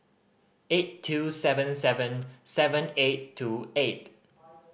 eight two seven seven seven eight two eight